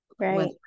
right